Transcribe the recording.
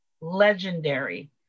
legendary